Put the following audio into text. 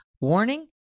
warning